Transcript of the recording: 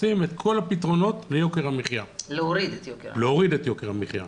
ומחפשים את כל הפתרונות להוריד את יוקר המחיה,